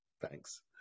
Thanks